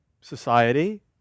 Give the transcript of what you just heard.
society